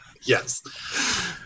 Yes